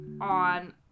on